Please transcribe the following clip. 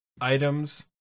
Items